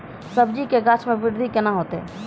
सब्जी के गाछ मे बृद्धि कैना होतै?